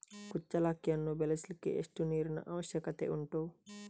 ಕುಚ್ಚಲಕ್ಕಿಯನ್ನು ಬೆಳೆಸಲಿಕ್ಕೆ ಎಷ್ಟು ನೀರಿನ ಅವಶ್ಯಕತೆ ಉಂಟು?